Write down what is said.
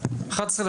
החינוך.